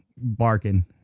barking